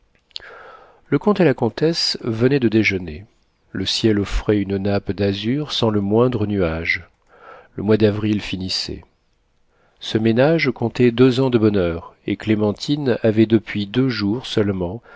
le comte et la comtesse venaient de déjeuner le ciel offrait une nappe d'azur sans le moindre nuage le mois d'avril finissait ce ménage comptait deux ans de bonheur et clémentine avait depuis deux jours seulement